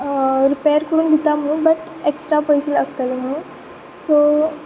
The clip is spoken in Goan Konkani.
रिपेअर करून दिता म्हणून बट एक्स्ट्रा पयशे लागतले म्हणून सो